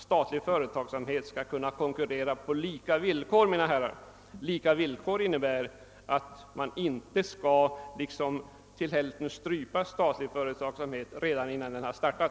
Statlig företagsamhet skall kunna konkurrera på lika villkor, mina herrar, och det innebär att man inte till hälften stryper den statliga företagsamheten redan innan den har startat!